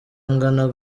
angana